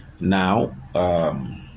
now